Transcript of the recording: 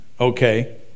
Okay